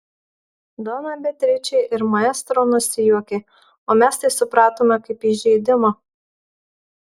dona beatričė ir maestro nusijuokė o mes tai supratome kaip įžeidimą